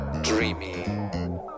dreamy